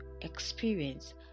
experience